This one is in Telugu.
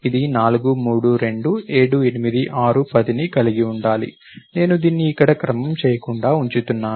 ఇది 4 3 2 7 8 6 10ని కలిగి ఉండాలి నేను దీన్ని ఇక్కడ క్రమం చేయకుండా ఉంచుతున్నాను